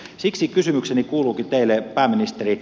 siksi kysymykseni kuuluukin teille pääministeri